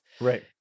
Right